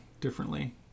differently